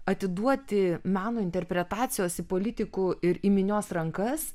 atiduoti meno interpretacijos į politikų ir į minios rankas